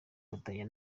abagore